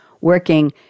working